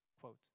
Quote